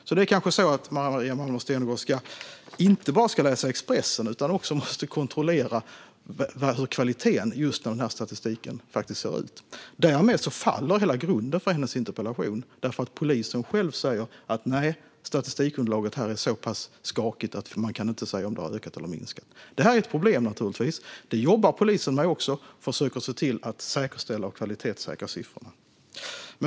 Maria Malmer Stenergard ska kanske inte bara läsa Expressen, utan hon måste också kontrollera kvaliteten på statistiken, hur den faktiskt ser ut. Härmed faller hela grunden för hennes interpellation. Polisen själv säger att det här statistikunderlaget är så pass skakigt att man inte kan säga om det har ökat eller minskat. Det är naturligtvis ett problem. Polisen jobbar också med det. Man försöker se till att säkerställa och kvalitetssäkra siffrorna.